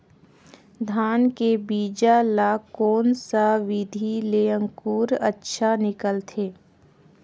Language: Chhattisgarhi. धान के बीजा ला कोन सा विधि ले अंकुर अच्छा निकलथे?